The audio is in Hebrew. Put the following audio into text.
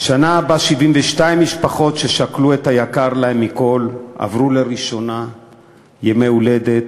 שנה שבה 72 משפחות ששכלו את היקר להן מכול עברו לראשונה ימי הולדת,